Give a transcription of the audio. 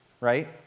Right